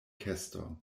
keston